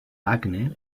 wagner